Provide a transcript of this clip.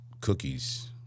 cookies